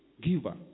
giver